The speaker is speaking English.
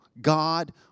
God